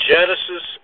Genesis